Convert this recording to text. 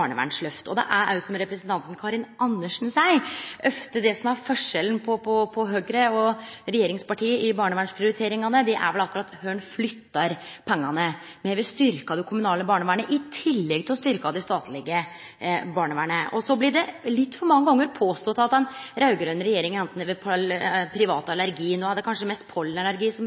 betydeleg barnevernsløft. Det er òg, som representanten Karin Andersen seier, ofte det som er forskjellen på Høgre og regjeringspartia i barnevernsprioriteringane, akkurat kor ein flyttar pengane. Me har styrkt det kommunale barnevernet i tillegg til å styrkje det statlege barnevernet. Så blir det litt for mange gonger påstått at den raud-grøne regjeringa har privat allergi. No er det kanskje mest pollenallergi som